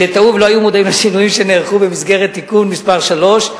לשינויים שנערכו במסגרת תיקון מס' 3,